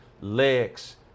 Legs